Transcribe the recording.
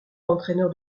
entraîneur